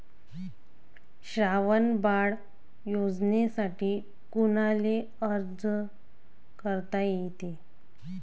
श्रावण बाळ योजनेसाठी कुनाले अर्ज करता येते?